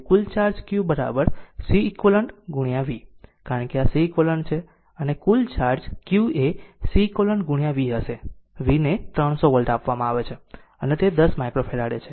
હવે કુલ charge q Ceq v છે કારણ કે આ Ceq છે અને કુલ ચાર્જ q એ Ceq v હશે vને 300 વોલ્ટ આપવામાં આવશે અને તે 10 માઈક્રોફેરાડે છે